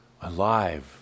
alive